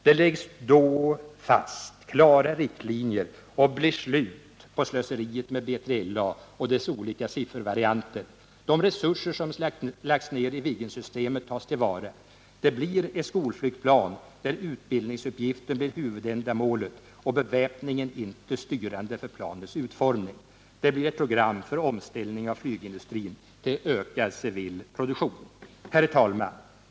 Det läggs då fast klara riktlinjer och blir slut på slöseriet med BILA och dess olika siffervarianter. De resurser som lagts ned i Viggensystemet tas till vara. Det blir ett skolflygplan, där utbildningsuppgiften blir huvudändamålet och beväpningen inte styrande för planets utformning. Det blir ett program för omställning av flygindustrin till ökad civil produktion. Herr talman!